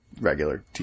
regular